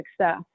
success